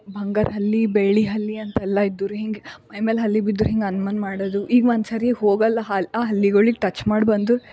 ಬಂಗಾರ ಹಲ್ಲಿ ಬೆಳ್ಳಿ ಹಲ್ಲಿ ಅಂತೆಲ್ಲ ಇದ್ದು ರೀ ಹಿಂಗ ಮೈಮೇಲೆ ಹಲ್ಲಿ ಬಿದ್ರೆ ಹಿಂಗ ಅನುಮಾನ ಮಾಡೋದು ಈಗ ಒಂದ್ಸಲ ಹೋಗಿ ಅಲ್ಲಿ ಆ ಹಲ್ಲಿಗಳಿಗೆ ಟಚ್ ಮಾಡಿ ಬಂದು